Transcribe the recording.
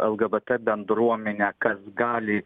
elgebete bendruomenė kas gali